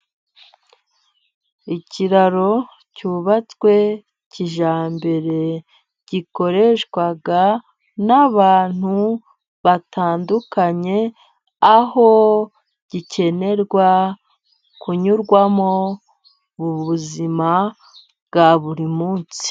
Ikiraro cyubatswe kijyambere gikoreshwa na abantu batandukanye, aho gikenerwa kunyurwamo mubuzima bwa buri munsi.